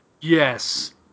Yes